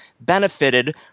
benefited